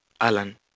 Alan